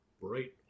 bright